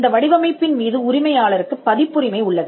இந்த வடிவமைப்பின் மீது உரிமையாளருக்கு பதிப்புரிமை உள்ளது